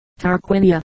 Tarquinia